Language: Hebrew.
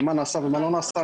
מה נעשה ומה לא נעשה,